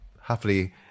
happily